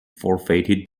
forfeited